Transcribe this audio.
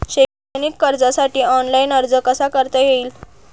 शैक्षणिक कर्जासाठी ऑनलाईन अर्ज कसा करता येईल?